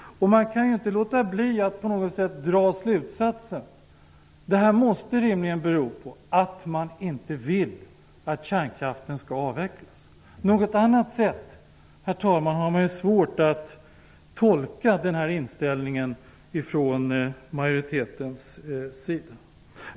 Jag kan inte låta bli att dra slutsatsen att det rimligen måste bero på att man inte vill att kärnkraften skall avvecklas. På något annat sätt har jag svårt att tolka denna inställning från majoritetens sida, herr talman.